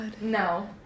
no